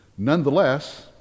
Nonetheless